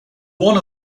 one